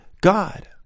god